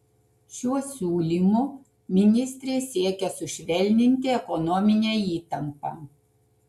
šiuo siūlymu ministrė siekia sušvelninti ekonominę įtampą